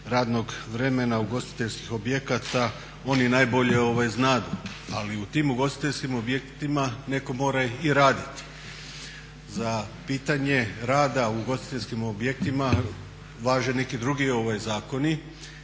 radnog vremena ugostiteljskih objekata. Oni najbolje znadu ali u tim ugostiteljskim objektima netko mora i raditi. Za pitanje rada u ugostiteljskim objektima važe neki drugi zakoni